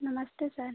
नमस्ते सर